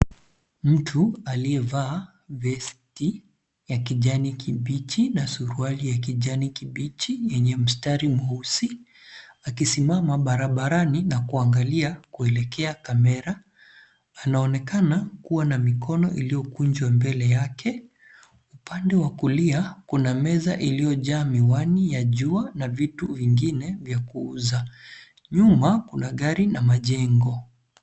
Mtu aliyevaa vesti ya kijani kibichi na suruali ya kijani kibichi yenye mstari mweusi. Akisimama barabarani na kuangalia kuelekea kamera, anaonekana kuwa na mikono iliyokunjwa mbele yake. Upande wa kulia kuna meza iliyojaa miwani ya jua na vitu vingine vya kuuza. Nyuma kuna gari na majengo.